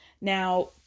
Now